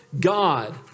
God